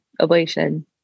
ablation